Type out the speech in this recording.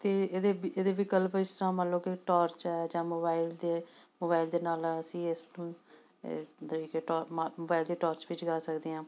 ਅਤੇ ਇਹਦੇ ਵਿ ਇਹਦੇ ਵਿਕਲਪ ਇਸ ਤਰ੍ਹਾਂ ਮੰਨ ਲਉ ਕਿ ਟੌਰਚ ਹੈ ਜਾਂ ਮੋਬਾਈਲ 'ਤੇ ਮੋਬਾਈਲ ਦੇ ਨਾਲ ਅਸੀਂ ਇਸਨੂੰ ਟੋਰਚ ਵਿੱਚ ਜਾ ਸਕਦੇ ਹਾਂ